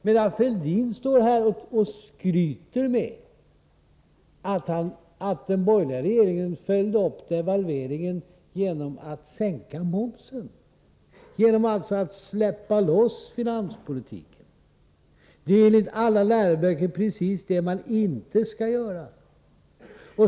Fälldin däremot står här och skryter med att den borgerliga regeringen följde upp devalveringen genom att sänka momsen, genom att alltså släppa loss finanspolitiken. Det är enligt alla läroböcker precis det man inte skall göra.